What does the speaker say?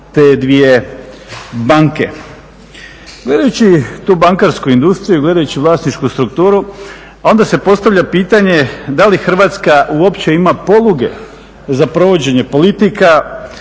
te dvije banke. Gledajući tu bankarsku industriju, gledajući vlasničku strukturu onda se postavlja pitanje da li Hrvatska uopće ima poluge za provođenje politika